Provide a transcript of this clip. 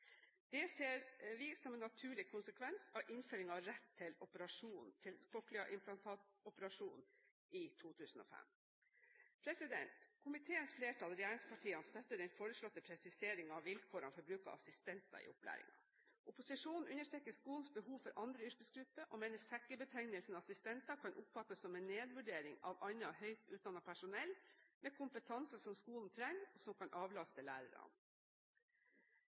Det ser vi som en naturlig konsekvens av innføringen av rett til cochlea-implantatoperasjon i 2005. Komiteens flertall, regjeringspartiene, støtter den foreslåtte presisering av vilkårene for bruk av assistenter i opplæringen. Opposisjonen understreker skolens behov for andre yrkesgrupper og mener sekkebetegnelsen «assistenter» kan oppfattes som en nedvurdering av annet høyt utdannet personell med kompetanse som skolen trenger, og som kan avlaste lærerne.